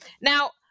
Now